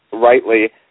rightly